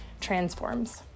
transforms